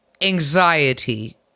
anxiety